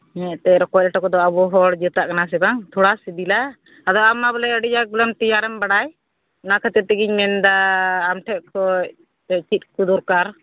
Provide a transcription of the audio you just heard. ᱦᱮᱸ ᱛᱚ ᱨᱚᱠᱚᱡ ᱞᱮᱴᱚ ᱠᱚᱫᱚ ᱟᱵᱚ ᱦᱚᱲ ᱡᱟᱹᱛᱟᱜ ᱠᱟᱱᱟ ᱥᱮ ᱵᱟᱝ ᱛᱷᱚᱲᱟ ᱥᱤᱵᱤᱞᱟ ᱟᱫᱚ ᱟᱢ ᱢᱟ ᱵᱚᱞᱮ ᱟᱹᱰᱤ ᱟᱸᱴ ᱵᱚᱞᱮ ᱛᱮᱭᱟᱨᱮᱢ ᱵᱟᱰᱟᱭ ᱚᱱᱟ ᱠᱷᱟᱹᱛᱤᱨ ᱛᱮᱜᱤᱧ ᱢᱮᱱ ᱮᱫᱟ ᱟᱢ ᱴᱷᱮᱱ ᱠᱷᱚᱱ ᱪᱮᱫ ᱠᱚ ᱫᱚᱨᱠᱟᱨ